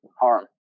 harm